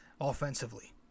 offensively